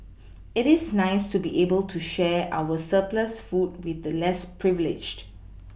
it is nice to be able to share our surplus food with the less privileged